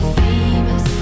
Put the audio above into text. famous